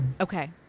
Okay